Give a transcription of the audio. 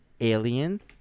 Alien